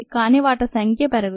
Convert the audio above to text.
కానీ వాటి సంఖ్య పెరగదు